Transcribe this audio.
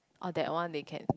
or that one they can